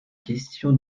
questions